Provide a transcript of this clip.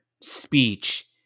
speech